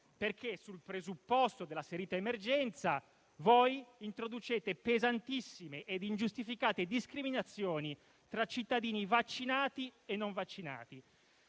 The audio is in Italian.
perché sul presupposto della asserita emergenza introducete pesantissime ed ingiustificate discriminazioni tra cittadini vaccinati e non vaccinati.